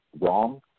wrong